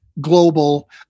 global